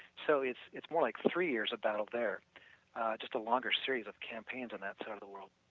so, it's it's more like three years of battle there just a longer series of campaigns on that side of the world